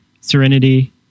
Serenity